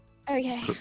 Okay